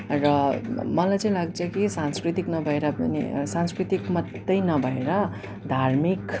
र मलाई चाहिँ लाग्छ कि सांस्कृतिक नभएर पनि सांस्कृतिक मात्रै नभएर धार्मिक